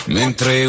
mentre